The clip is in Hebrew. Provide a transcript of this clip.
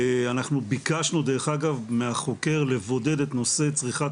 אנחנו ביקשנו דרך אגב מהחוקר לבודד את נושא צריכת